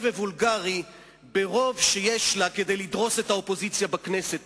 וולגרי ברוב שיש לה כדי לדרוס את האופוזיציה בכנסת,